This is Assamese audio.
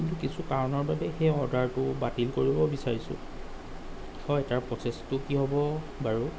কিছু কাৰণৰ বাবে এই অৰ্ডাৰটো বাতিল কৰিব বিচাৰিছোঁ হয় তাৰ প্ৰচেছটো কি হ'ব বাৰু